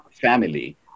family